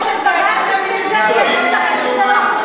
הייתם צריכים את בג"ץ שיגיד לכם שזה לא חוקי.